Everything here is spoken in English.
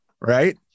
right